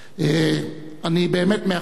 אני באמת מאחל לך,